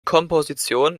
komposition